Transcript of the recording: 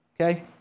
okay